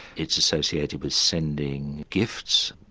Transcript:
it's associated with sending gifts,